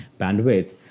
bandwidth